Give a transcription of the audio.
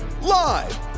live